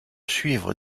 suivre